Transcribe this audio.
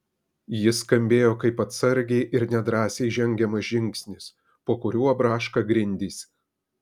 jis skambėjo kaip atsargiai ir nedrąsiai žengiamas žingsnis po kuriuo braška grindys